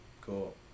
cool